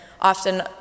often